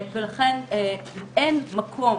ולכן, אין מקום